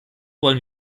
wollen